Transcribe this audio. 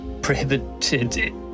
prohibited